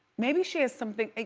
maybe she has something,